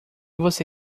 você